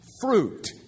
Fruit